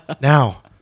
Now